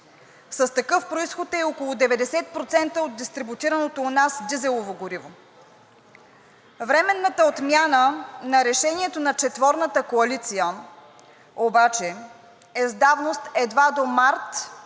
С такъв произход е около 90% от дистрибутираното у нас дизелово гориво. Временната отмяна на решението на четворната коалиция обаче е с давност едва до март